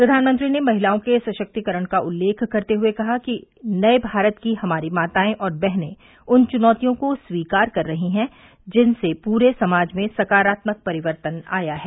प्रधानमंत्री ने महिलाओं के सशक्तिकरण का उल्लेख करते हुए कहा कि नये भारत की हमारी मातायें और बहनें उन चुनौतियों को स्वीकार कर रही हैं जिनसे पूरे समाज में सकारात्मक परिवर्तन आया है